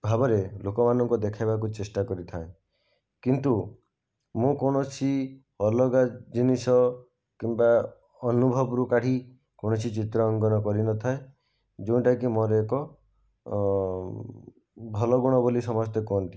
ଭାବରେ ଲୋକମାନଙ୍କୁ ଦେଖେଇବାକୁ ଚେଷ୍ଟା କରିଥାଏ କିନ୍ତୁ ମୁଁ କୌଣସି ଅଲଗା ଜିନିଷ କିମ୍ବା ଅନୁଭବରୁ କାଢ଼ି କୌଣସି ଚିତ୍ର ଅଙ୍କନ କରିନଥାଏ ଯଉଁଟାକି ମୋର ଏକ ଭଲ ଗୁଣ ବୋଲି ସମସ୍ତେ କହନ୍ତି